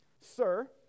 sir